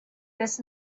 this